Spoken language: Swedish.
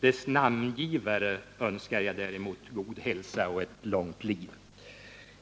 Dess namngivare önskar jag däremot god hälsa och ett långt liv.